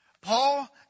Paul